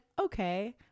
okay